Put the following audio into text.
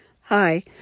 Hi